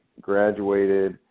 graduated